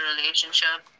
relationship